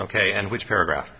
ok and which paragraph